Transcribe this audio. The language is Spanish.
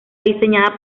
diseñada